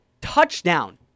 touchdown